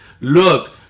look